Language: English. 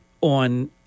on